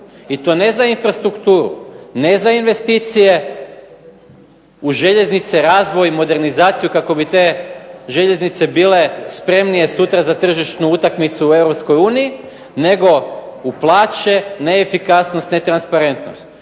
I to ne za infrastrukturu, ne za investicije u željeznice, razvoj modernizaciju kako bi te željeznice bile spremnije sutra za tržišnu utakmicu u Europskoj uniji, nego u plaće neefikasnost, netransparentnost.